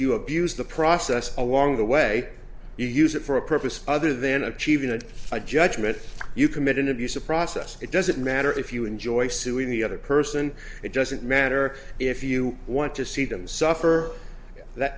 you abuse the process along the way you use it for a purpose other than achieving it a judgment you commit an abuse a process it doesn't matter if you enjoy suing the other person it doesn't matter if you want to see them suffer that